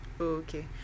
Okay